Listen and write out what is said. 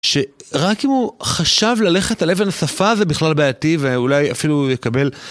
שרק אם הוא חשב ללכת על אבן השפה, זה בכלל בעייתי, ואולי אפילו יקבל...